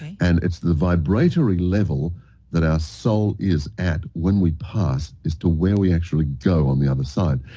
and it's the vibratory level that our soul is at when we pass is to where we actually go on the other side.